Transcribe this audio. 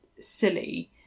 silly